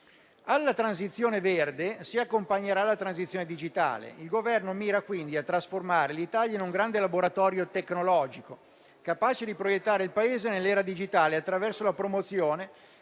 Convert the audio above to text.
Alla transizione verde si accompagnerà la transizione digitale. Il Governo mira quindi a trasformare l'Italia in un grande laboratorio tecnologico, capace di proiettare il Paese nell'era digitale attraverso la promozione